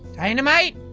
dynamite?